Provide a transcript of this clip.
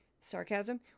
Sarcasm